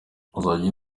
uzajya